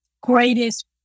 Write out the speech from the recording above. greatest